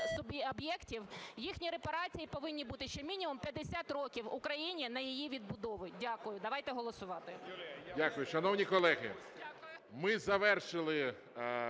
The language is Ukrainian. об'єктів. Їхні репарації повинні бути ще мінімум 50 років Україні на її відбудову. Дякую. Давайте голосувати. ГОЛОВУЮЧИЙ. Дякую. Шановні колеги, ми завершили